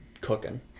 cooking